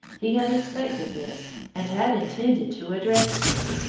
he had expected this, and had intended to address them.